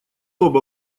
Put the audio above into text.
оба